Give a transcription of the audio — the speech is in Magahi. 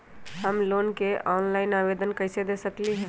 हम लोन के ऑनलाइन आवेदन कईसे दे सकलई ह?